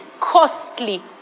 costly